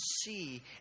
see